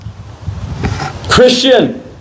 Christian